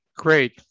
Great